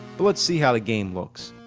but let's see how the game looks.